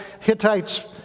Hittites